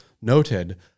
noted